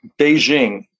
Beijing